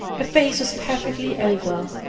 her face was perfectly oval,